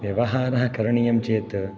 व्यवहारं करणीयं चेत्